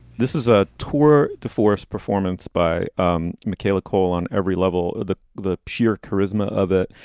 this is a tour de force performance by um mckayla cole on every level. the the sheer charisma of it.